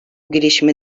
girişimi